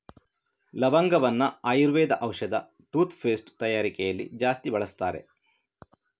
ಲವಂಗವನ್ನ ಆಯುರ್ವೇದ ಔಷಧ, toothpaste ತಯಾರಿಕೆಯಲ್ಲಿ ಜಾಸ್ತಿ ಬಳಸ್ತಾರೆ